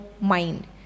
mind